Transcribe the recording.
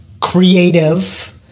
creative